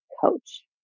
Coach